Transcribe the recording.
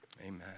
Amen